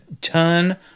ton